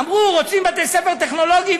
אמרו: רוצים בתי-ספר טכנולוגיים,